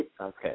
Okay